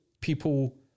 people